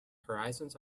horizons